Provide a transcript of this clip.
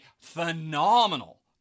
phenomenal